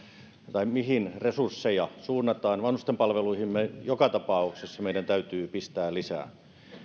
mihin resursseja suunnataan vanhustenpalveluihin meidän joka tapauksessa täytyy pistää lisää